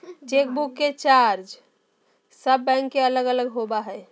chequebook के charge सब bank के अलग अलग होबा हइ